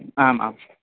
आम् आम्